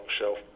shelf